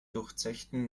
durchzechten